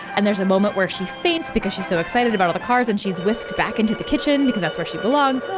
and there's a moment where she faints because she's so excited about all the cars and she's whisked back into the kitchen, because that's where she belongs